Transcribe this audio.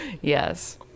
Yes